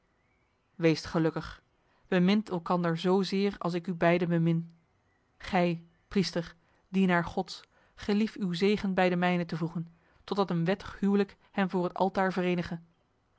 weest gelukkig bemint elkander zozeer als ik u beiden bemin gij priester dienaar gods gelief uw zegen bij de mijne te voegen totdat een wettig huwelijk hen voor het altaar